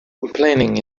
complaining